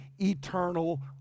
eternal